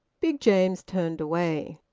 big james turned away.